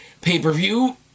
pay-per-view